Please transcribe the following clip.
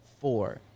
four